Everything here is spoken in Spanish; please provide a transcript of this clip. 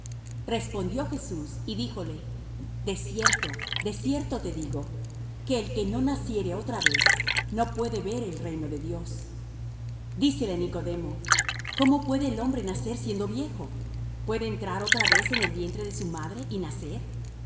respondió jesús y díjole de cierto de cierto te digo que el que no naciere otra vez no puede ver el reino de dios dícele nicodemo cómo puede el hombre nacer siendo viejo puede entrar otra vez en el vientre de su madre y nacer